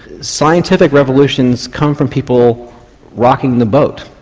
scientific revolutions come from people rocking the boat,